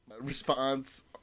response